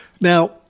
Now